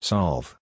Solve